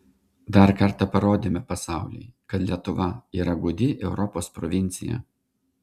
dar kartą parodėme pasauliui kad lietuva yra gūdi europos provincija